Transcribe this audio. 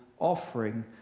offering